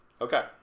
Okay